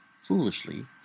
Foolishly